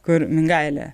kur mingaile